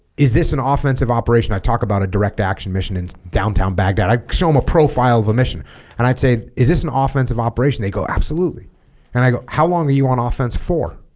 is this an offensive operation i talk about a direct action mission in downtown baghdad i show him a profile of a mission and i'd say is this an offensive operation they go absolutely and i go how long are you on offense for